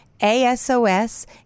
ASOS